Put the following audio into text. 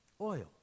oil